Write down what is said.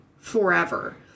forever